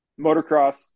motocross